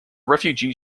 refugee